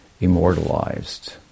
immortalized